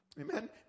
Amen